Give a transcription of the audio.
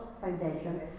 Foundation